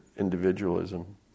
individualism